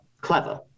clever